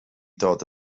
dod